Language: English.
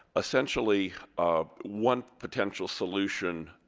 essentially um one potential solution